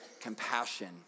compassion